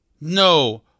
No